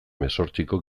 hemezortziko